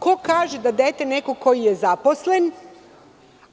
Ko kaže da dete nekog ko je zaposlen,